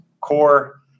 Core